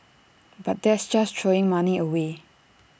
but that's just throwing money away